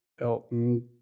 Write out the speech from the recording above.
Elton